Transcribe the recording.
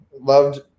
loved